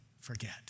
forget